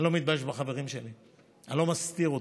אני לא מתבייש בחברים שלי, אני לא מסתיר אותם,